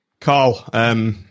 Carl